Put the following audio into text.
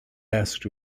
asked